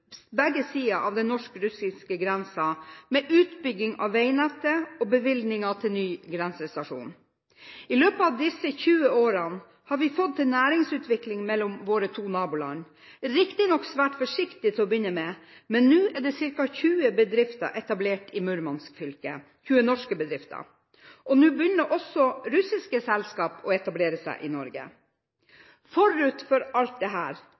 sider av den norsk-russiske grensen, med utbygging av veinettet og bevilgninger til ny grensestasjon. I løpet av disse 20 årene har vi fått til næringsutvikling mellom våre to naboland – riktignok svært forsiktig til å begynne med, men nå er ca. 20 norske bedrifter etablert i Murmansk fylke, og også russiske selskaper begynner nå å etablere seg i Norge. Forut for alt dette ligger det